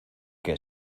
que